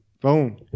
Boom